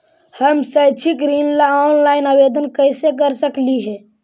हम शैक्षिक ऋण ला ऑनलाइन आवेदन कैसे कर सकली हे?